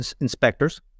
inspectors